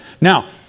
now